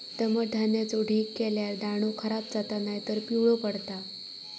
दमट धान्याचो ढीग केल्यार दाणो खराब जाता नायतर पिवळो पडता